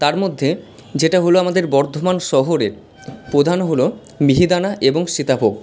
তার মধ্যে যেটা হল আমাদের বর্ধমান শহরের প্রধান হল মিহিদানা এবং সীতাভোগ